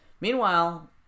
Meanwhile